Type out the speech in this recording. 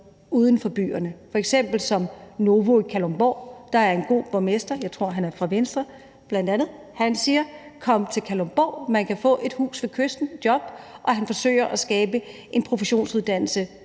uden for byerne, f.eks. som Novo i Kalundborg. Der er en god borgmester – jeg tror, han er fra Venstre – og han siger: Kom til Kalundborg, man kan få et hus ved kysten og et job. Og han forsøger at skabe en professionsuddannelse